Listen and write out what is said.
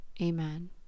Amen